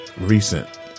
recent